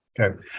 okay